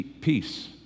peace